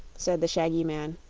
said the shaggy man,